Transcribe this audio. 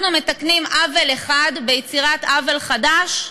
אנחנו מתקנים עוול אחד ביצירת עוול חדש?